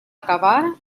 acabar